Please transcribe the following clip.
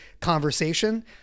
conversation